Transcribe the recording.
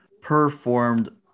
performed